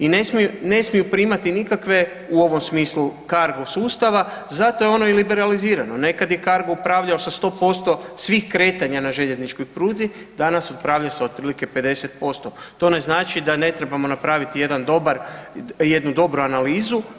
I ne smiju primati nikakve u ovom smislu cargo sustava, zato je ono i liberalizirano, nekad je Cargo upravlja sa 100% svih kretanja na željezničkoj pruzi, danas upravlja sa otprilike 50%, to ne znači da ne trebamo napraviti jednu dobru analizu.